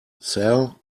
sal